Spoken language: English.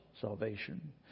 salvation